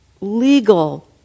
legal